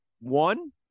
one